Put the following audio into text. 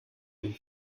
den